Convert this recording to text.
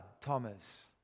Thomas